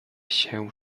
się